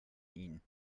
ihn